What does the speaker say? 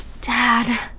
Dad